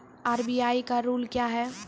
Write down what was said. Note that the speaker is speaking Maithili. आर.बी.आई का रुल क्या हैं?